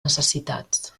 necessitats